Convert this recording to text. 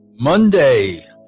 Monday